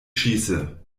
schieße